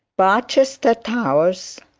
barchester towers,